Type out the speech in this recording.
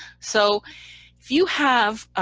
so if you have,